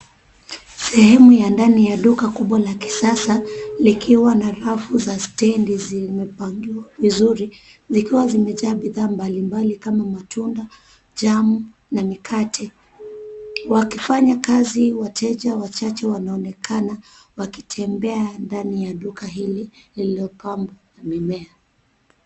Sehemu ya ndani ya duka kubwa la kisasa likiwa na rafu za stendi zimepangiwa vizuri zikiwa zimejaa bidhaa mbali mbali kama matunda, jam na mikate. Wakifanya kazi wateja wachache wanaonekana wakitembea ndani ya duka hili lililopambwa na mimea.